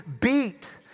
beat